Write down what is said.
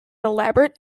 elaborate